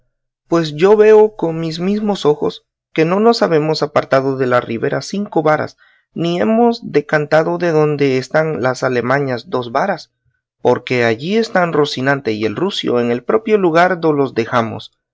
pues yo veo con mis mismos ojos que no nos habemos apartado de la ribera cinco varas ni hemos decantado de donde están las alemañas dos varas porque allí están rocinante y el rucio en el propio lugar do los dejamos